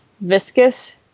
viscous